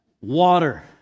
water